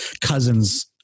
cousin's